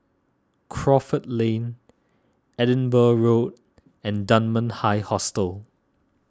Crawford Lane Edinburgh Road and Dunman High Hostel